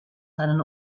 einen